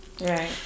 right